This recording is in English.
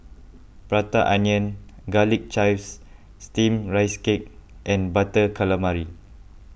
Prata Onion Garlic Chives Steamed Rice Cake and Butter Calamari